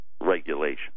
regulation